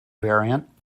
variant